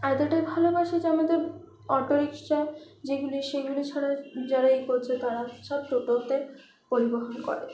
এতোটাই ভালোবাসি যে আমাদের অটোরিক্সা যেগুলি সেগুলো ছাড়া যারাই করছে তারাই সব টোটোতে পরিবহণ করে